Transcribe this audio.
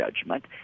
judgment